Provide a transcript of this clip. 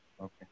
okay